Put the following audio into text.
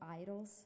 idols